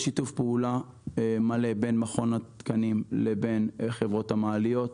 יש שיתוף פעולה מלא בין מכון התקנים לבין חברות המעליות.